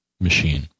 machine